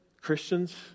Christians